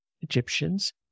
Egyptians